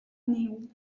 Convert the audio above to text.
niu